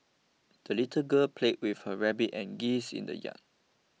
the little girl played with her rabbit and geese in the yard